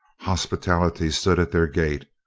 hospitality stood at their gate,